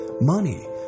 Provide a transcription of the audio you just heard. money